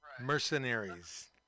mercenaries